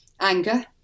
anger